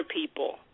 people